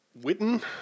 Witten